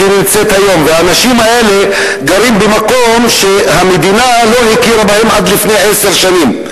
האנשים האלה גרים במקום שהמדינה לא הכירה בו עד לפני עשר שנים.